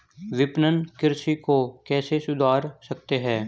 विपणन कृषि को कैसे सुधार सकते हैं?